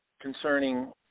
concerning